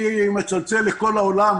אני מצלצל לכל העולם,